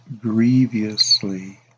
grievously